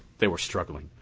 they were struggling.